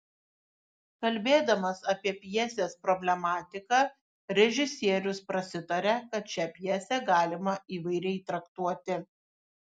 kalbėdamas apie pjesės problematiką režisierius prasitaria kad šią pjesę galima įvairiai traktuoti